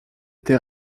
été